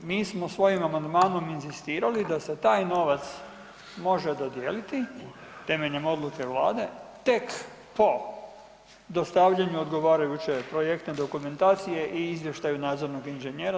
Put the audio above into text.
Mi smo svojim amandmanom inzistirali da se taj novac može dodijeliti temeljem odluke vlade tek po dostavljanju odgovarajuće projektne dokumentacije i izvještaju nadzornog inženjera.